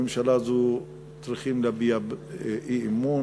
הממשלה הזאת צריך להביע בה אי-אמון,